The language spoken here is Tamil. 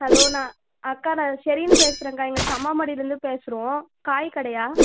ஹலோ நான் அக்கா நான் ஷெரின் பேசுகிறேன் அக்கா இங்கே செம்மாம்பாடிலிருந்து பேசுகிறோம் காய் கடையா